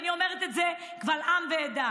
ואני אומרת את זה קבל עם ועדה,